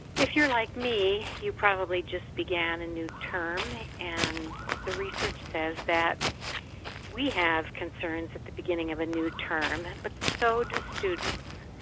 if you're like me, you probably just began a new term and the research says that we have concerns at the beginning of a new term and but so do students.